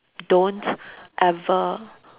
don't ever